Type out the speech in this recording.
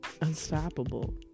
unstoppable